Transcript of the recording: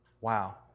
Wow